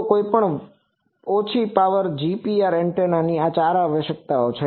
તો કોઈપણ ઓછી પાવર પ્રકારની GPR એન્ટેનાની આ ચાર આવશ્યકતાઓ છે